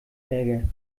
ärger